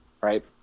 right